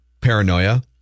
paranoia